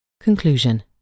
Conclusion